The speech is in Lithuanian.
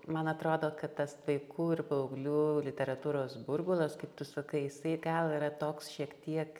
man atrodo kad tas vaikų ir paauglių literatūros burbulas kaip tu sakai jisai gal yra toks šiek tiek